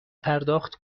پرداخت